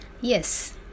Yes